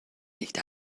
nicht